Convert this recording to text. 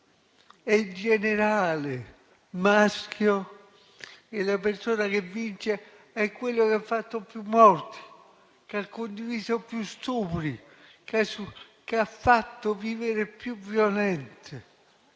in generale, il maschio, la persona che vince, è quella che ha fatto più morti, che ha condiviso più stupri e che ha fatto vivere più violenze.